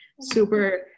Super